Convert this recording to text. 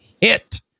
hit